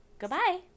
Goodbye